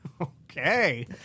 Okay